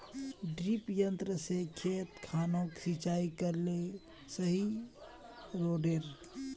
डिरिपयंऋ से खेत खानोक सिंचाई करले सही रोडेर?